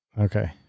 Okay